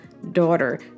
daughter